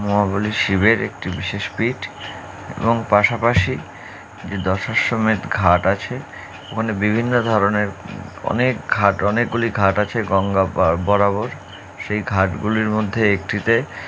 মহাবলি শিবের একটি বিশেষ পীঠ এবং পাশাপাশি যে দশ আশ্রমের ঘাট আছে ওখানে বিভিন্ন ধরনের অনেক ঘাট অনেকগুলি ঘাট আছে গঙ্গা বরাবর সেই ঘাটগুলির মধ্যে একটিতে